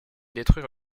détruire